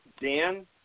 Dan